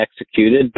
executed